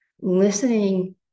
listening